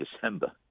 December